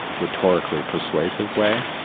rhetorically persuasive way,